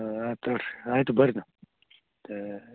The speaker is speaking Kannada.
ಹಾಂ ತಗೋಳ್ರಿ ಆಯಿತು ಬರ್ರಿ ನೀವು